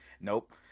Nope